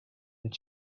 that